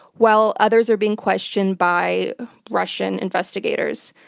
while others are being questioned by russian investigators.